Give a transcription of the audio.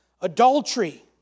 adultery